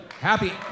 Happy